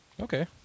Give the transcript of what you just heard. Okay